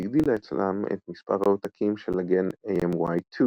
והגדילה אצלם את מספר העותקים של הגן AMY2,